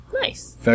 Nice